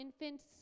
infants